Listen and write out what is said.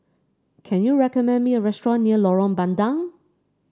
can you recommend me a restaurant near Lorong Bandang